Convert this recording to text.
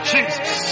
Jesus